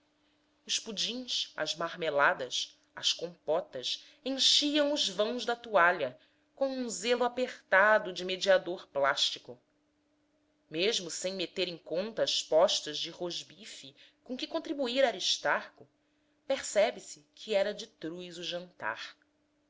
os pudins as marmeladas as compotas enchiam os vãos da toalha com um zelo apertado de mediador plástico mesmo sem meter em conta as postas de rosbife com que contribuirá aristarco percebe-se que era de truz o jantar